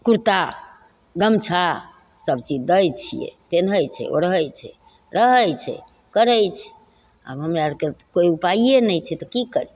कुरता गमछा सबचीज दै छिए पेन्है छै ओढ़ै छै रहै छै करै छै आब हमे आओरके कोइ उपाइए नहि छै तऽ कि करिए